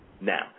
Now